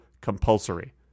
compulsory